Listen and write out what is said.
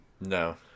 No